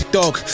dog